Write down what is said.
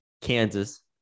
Kansas